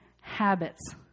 habits